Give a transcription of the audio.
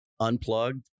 unplug